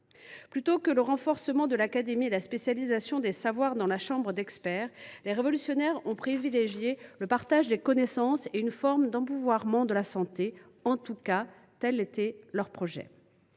Plutôt que le renforcement de l’académie et la spécialisation des savoirs dans des chambres d’experts, les révolutionnaires ont privilégié le partage des connaissances et une forme d’empouvoirement en santé. En tout cas, tel était leur projet.